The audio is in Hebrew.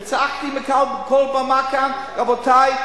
וצעקתי מכל במה כאן: רבותי,